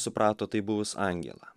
suprato tai buvus angelą